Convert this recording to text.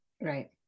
Right